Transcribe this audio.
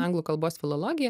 anglų kalbos filologija